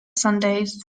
sundays